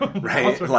right